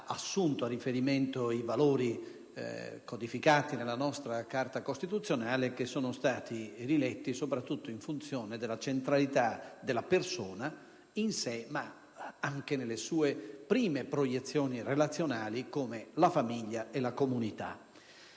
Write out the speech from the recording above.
assunto a riferimento i valori codificati nella nostra Carta costituzionale, che sono stati riletti soprattutto in funzione della centralità della persona in sé, anche nelle sue prime proiezioni relazionali, come la famiglia e la comunità.